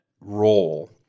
role